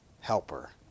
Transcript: helper